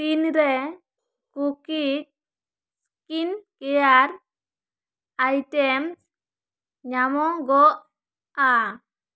ᱛᱤᱱ ᱨᱮ ᱠᱩᱠᱤ ᱥᱠᱤᱱ ᱠᱮᱭᱟᱨ ᱟᱭᱴᱮᱢᱥ ᱧᱟᱢᱚᱜᱚᱜᱼᱟ